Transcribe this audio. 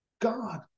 God